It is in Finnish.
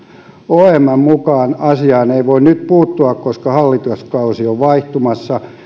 omn mukaan asiaan ei voi nyt puuttua koska hallituskausi on vaihtumassa